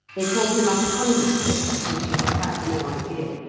they taught him a hundred tricks of which he had had no idea.